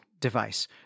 device